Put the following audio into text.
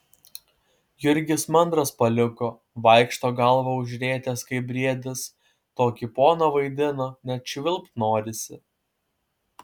jurgis mandras paliko vaikšto galvą užrietęs kaip briedis tokį poną vaidina net švilpt norisi